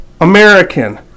American